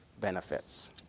benefits